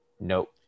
nope